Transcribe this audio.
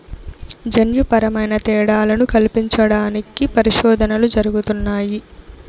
జన్యుపరమైన తేడాలను కల్పించడానికి పరిశోధనలు జరుగుతున్నాయి